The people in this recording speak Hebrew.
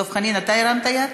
דב חנין, אתה הרמת יד?